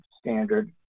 standard